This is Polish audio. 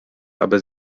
aby